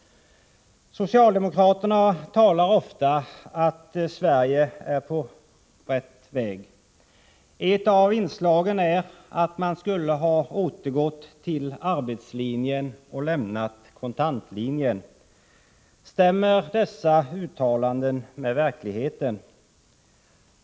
Socialdemokraterna talar ofta om att Sverige är på rätt väg. Ett av inslagen är att man skulle ha återgått till arbetslinjen och lämnat kontantlinjen. Stämmer dessa uttalanden med verkligheten?